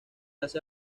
hace